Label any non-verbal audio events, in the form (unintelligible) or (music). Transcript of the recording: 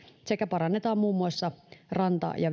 sekä parannetaan muun muassa ranta ja (unintelligible)